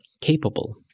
capable